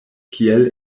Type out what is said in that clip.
kiel